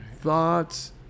thoughts